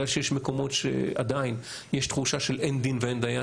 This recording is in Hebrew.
בגלל שיש מקומות שעדיין יש תחושה של אין דין ואין דיין,